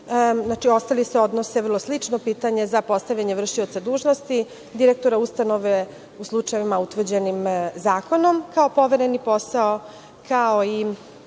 ostali se odnose na vrlo slično pitanje. Za postavljanje vršioca dužnosti direktora ustanove u slučajevima utvrđenim zakonom kao povereni posao, kao i